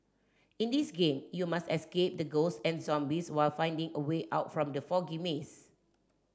in this game you must escape the ghost and zombies while finding a way out from the foggy maze